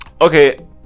Okay